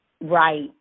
right